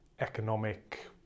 economic